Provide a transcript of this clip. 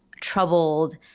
troubled